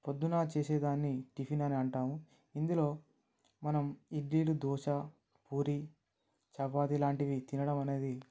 పొద్దున చేసేదాన్ని టిఫిన్ అని అంటాము ఇందులో మనం ఇడ్లీలు దోశ పూరి చపాతీ లాంటివి తినడం అనేది